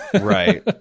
right